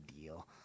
deal